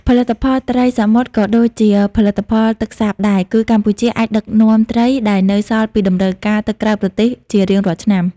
ផលិតផលត្រីសមុទ្រក៏ដូចជាផលិផលទឹកសាបដែរ គឺកម្ពុជាអាចដឹកនាំត្រីដែលនៅសល់ពីតម្រូវការទៅក្រៅប្រទេសជារៀងរាល់ឆ្នាំ។